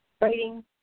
Writing